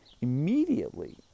immediately